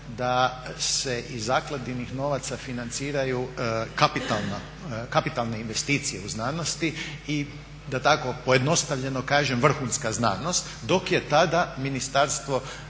da se iz zakladinih novaca financiraju kapitalne investicije u znanosti i da tako pojednostavljeno kažem vrhunska znanost, dok je tada Ministarstvo